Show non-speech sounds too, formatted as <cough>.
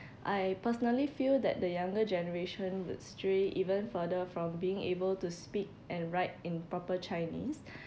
I personally feel that the younger generation would stray even further from being able to speak and write in proper chinese <breath>